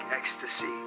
ecstasy